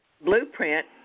blueprint